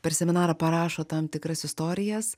per seminarą parašo tam tikras istorijas